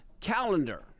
calendar